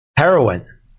Heroin